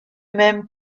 même